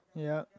yup